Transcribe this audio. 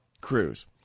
Cruz